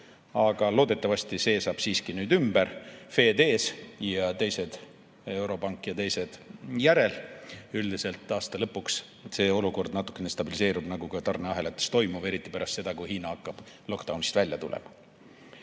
Aga loodetavasti see saab siiski nüüd ümber – Fed ees ja europank ja teised järel. Üldiselt aasta lõpuks olukord natukene stabiliseerub, nagu ka tarneahelates toimuv, eriti pärast seda, kui Hiina hakkablockdown'ist välja tulema.